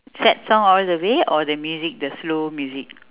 sad song all the way or the music the slow music